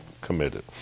committed